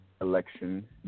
election